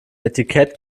etikett